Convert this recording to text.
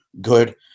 good